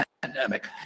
pandemic